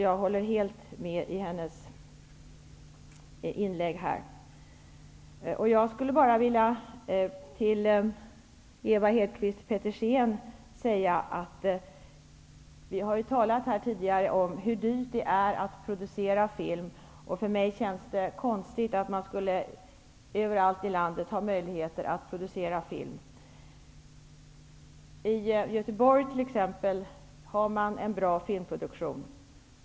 Jag håller helt med kulturministern om det hon sade i sitt inlägg. Jag skulle vilja säga följande till Ewa Hedkvist Petersen. Vi har tidigare talat om hur dyrt det är att producera film. För mig känns det konstigt att man skulle ha möjligheter att producera film överallt i landet. I t.ex. Göteborg finns en bra filmproduktion.